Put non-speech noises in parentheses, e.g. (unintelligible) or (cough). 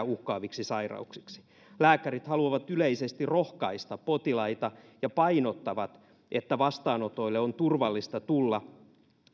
(unintelligible) uhkaaviksi sairauksiksi lääkärit haluavat yleisesti rohkaista potilaita ja painottavat että vastaanotoille on turvallista tulla